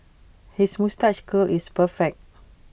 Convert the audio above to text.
his moustache curl is perfect